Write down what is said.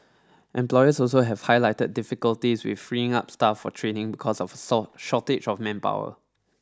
employers also have highlighted difficulties with freeing up staff for trading because of a soul shortage of manpower